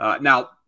Now